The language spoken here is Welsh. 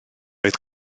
oedd